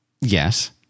Yes